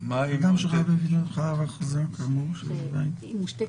מה שאתה מספר עכשיו זאת אולי בעיה